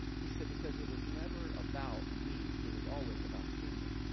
he said, because it was never about me, it was always about the kingdom.